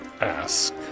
ask